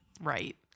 Right